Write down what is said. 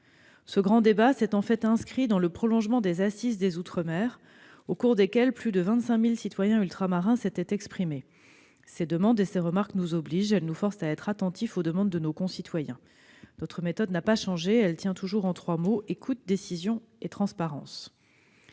Ce grand débat s'est inscrit dans le prolongement des Assises des outre-mer, au cours desquelles plus de 25 000 citoyens ultramarins s'étaient exprimés. Ces demandes et remarques nous obligent ; elles nous forcent à être attentifs aux demandes de nos concitoyens. Notre méthode n'a pas changé et tient toujours en trois mots : écoute, décision, transparence.